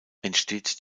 entsteht